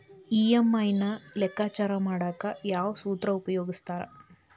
EMI ನ ಲೆಕ್ಕಾಚಾರ ಮಾಡಕ ಯಾವ್ ಸೂತ್ರ ಉಪಯೋಗಿಸ್ತಾರ